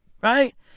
Right